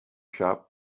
shop